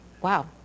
Wow